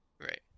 Right